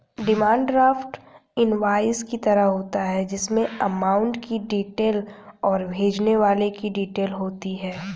demand draft invoice की तरह होता है जिसमे अमाउंट की डिटेल और भेजने वाले की डिटेल होती है